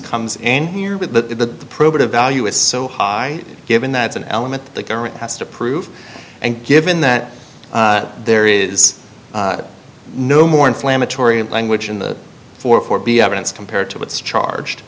comes in here with the probative value is so high given that it's an element that the government has to prove and given that there is no more inflammatory language in the four four b evidence compared to what's charged